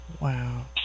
Wow